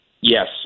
Yes